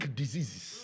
diseases